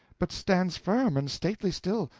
but stands firm and stately still,